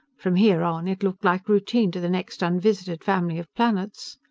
from here on, it looked like routine to the next unvisited family of planets.